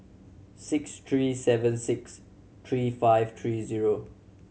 six three seven six three five three zero